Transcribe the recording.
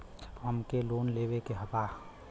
हमके लोन लेवे के बा?